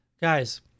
Guys